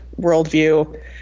worldview